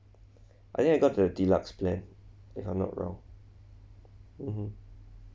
I think I got the deluxe plan if I'm not wrong mmhmm